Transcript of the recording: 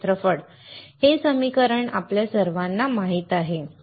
क्षेत्रफळ हे समीकरण आपल्या सर्वांना माहीत आहे